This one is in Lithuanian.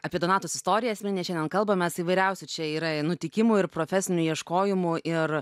apie donatos istoriją esminę šiandien kalbamės įvairiausių čia yra nutikimų ir profesinių ieškojimų ir